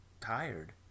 tired